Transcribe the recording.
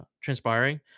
transpiring